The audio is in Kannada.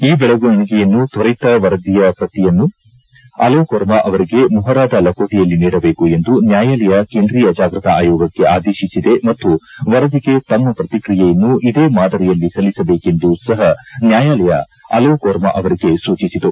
ಈ ಬೆಳವಣಿಗೆಯನ್ನು ಕುರಿತ ವರದಿಯ ಶ್ರತಿಯನ್ನು ಅಲೋಕ್ ವರ್ಮ ಅವರಿಗೆ ಮೊಹರಾದ ಲಕೋಟೆಯಲ್ಲಿ ನೀಡಬೇಕು ಎಂದು ನ್ನಾಯಾಲಯ ಕೇಂದ್ರೀಯ ಜಾಗೃತಾ ಆಯೋಗಕ್ಕೆ ಆದೇಶಿಸಿದೆ ಮತ್ತು ವರದಿಗೆ ತಮ್ಮ ಶ್ರತಿಕ್ರಿಯೆಯನ್ನು ಇದೇ ಮಾದರಿಯಲ್ಲಿ ಸಲ್ಲಿಸಬೇಕೆಂದು ಸಹ ನ್ಹಾಯಾಲಯ ಅಲೋಕ್ ವರ್ಮ ಅವರಿಗೆ ಸೂಚಿಸಿತು